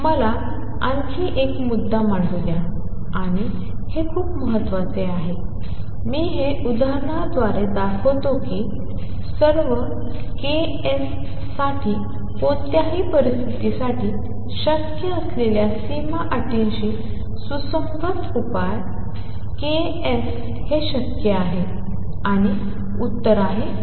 मला आणखी एक मुद्दा मांडू द्या आणि हे खूप महत्वाचे आहे मी हे उदाहरणाद्वारे दाखवतो की सर्व k s साठी कोणत्याही परिस्थितीसाठी शक्य असलेल्या सीमा अटींशी सुसंगत उपाय k s हे शक्य आहे आणि उत्तर नाही